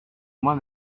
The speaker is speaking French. moi